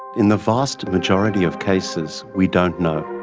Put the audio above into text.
in the vast majority of cases we don't know,